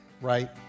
right